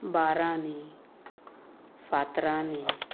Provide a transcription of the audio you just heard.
बारांनी फातरांनी